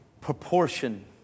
proportion